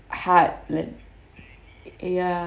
heart let~ ya